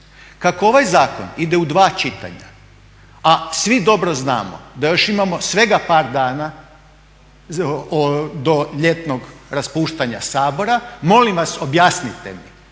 Kako ovaj zakon ide u dva čitanja, a svi dobro znamo da još imamo svega par dana do ljetnog raspuštanja Sabora molim vas objasnite mi.